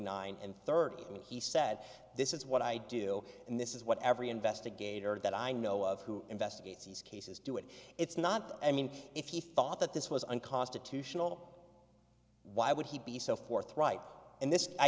nine and thirty and he said this is what i do and this is what every investigator that i know of who investigates these cases do it it's not i mean if he thought that this was unconstitutional why would he be so forthright in this i